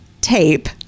tape